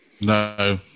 No